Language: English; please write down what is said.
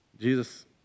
Jesus